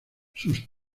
sus